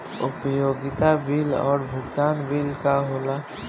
उपयोगिता बिल और भुगतान बिल का होला?